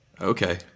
Okay